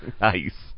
Nice